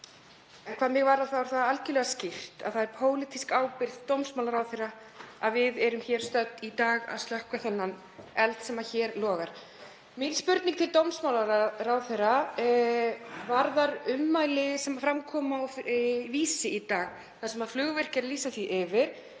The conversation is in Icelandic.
Hvað mig varðar er það algjörlega skýrt að það er pólitísk ábyrgð dómsmálaráðherra að við erum hér stödd í dag að slökkva þann eld sem nú logar. Mín spurning til dómsmálaráðherra varðar ummæli sem fram komu á Vísi í dag þar sem flugvirkjar lýsa því yfir